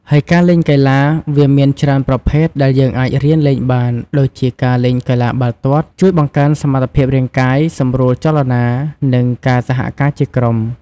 ហើយការលេងកីឡា វាមានច្រើនប្រភេទដែលយើងអាចរៀនលេងបានដួចជាការលេងកីឡាបាល់ទាត់ ជួយបង្កើនសមត្ថភាពរាងកាយ សម្រួលចលនា និងការសហការជាក្រុម។